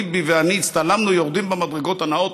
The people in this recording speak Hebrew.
ביבי ואני הצטלמנו יורדים במדרגות הנעות,